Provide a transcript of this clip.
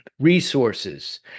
resources